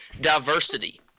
diversity